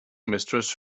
mistress